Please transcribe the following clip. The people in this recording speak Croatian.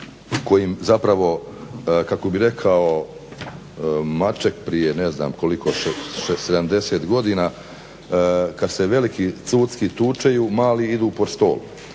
kojim zapravo kako bi rekao Maček prije ne znam koliko 70 godina, "Kad se veliki cucki tučeju, mali idu pod stol".